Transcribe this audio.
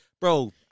Bro